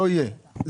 לא יהיה.